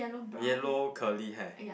yellow curly hair